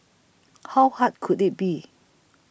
how hard could it be